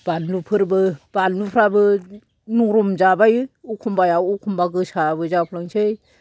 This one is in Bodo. बानलुफोरबो बानलुफ्राबो नरम जाबाय एखमबायाव एखमबा गोसाबो जाफ्लांसै